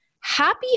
happy